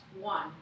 One